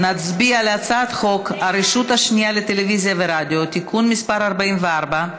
נצביע על הצעת חוק הרשות השנייה לטלוויזיה ורדיו (תיקון מס' 44)